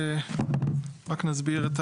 רק נסביר,